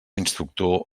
instructor